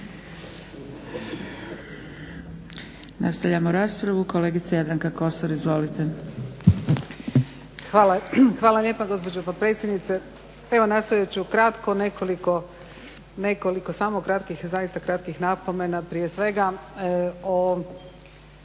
(Nezavisni)** Hvala lijepa gospođo potpredsjednice, evo nastojati ću kratko, nekoliko samo kratkih, zaista kratkih napomena. Prije svega o